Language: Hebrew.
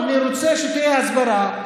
אני רוצה שתהיה הסברה,